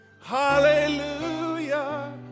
Hallelujah